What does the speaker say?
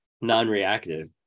non-reactive